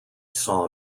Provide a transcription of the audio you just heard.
saw